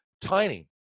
tiny